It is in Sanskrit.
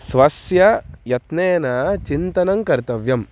स्वस्य यत्नेन चिन्तनं कर्तव्यम्